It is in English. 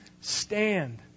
stand